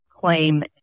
claim